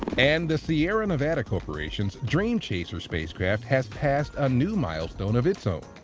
and, the sierra nevada corporation's dream chaser spacecraft has passed a new milestone of its own.